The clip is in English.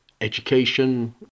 education